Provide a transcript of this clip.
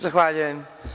Zahvaljujem.